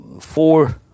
four